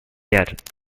yet